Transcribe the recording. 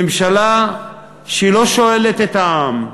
ממשלה שלא שואלת את העם,